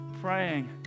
praying